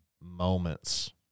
moments